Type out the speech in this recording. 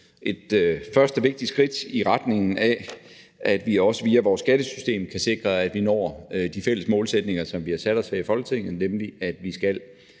et første vigtigt skridt i retningen af, at vi også via vores skattesystem kan sikre, at vi når de fælles målsætninger, som vi har sat os her i Folketinget, nemlig at vi skal